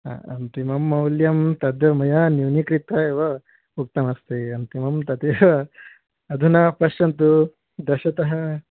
हा अन्तिमं मौल्यं तद् मया न्यूनीकृत्वा एव उक्तमस्ति अन्तिमं तदेव अधुना पश्यन्तु दशतः